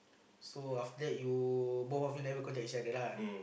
so after that you both of you never contact each other lah